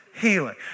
healing